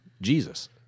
Jesus